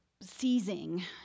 seizing